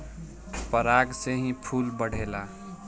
पराग से ही फूल बढ़ेला